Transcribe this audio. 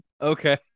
Okay